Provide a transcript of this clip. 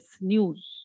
News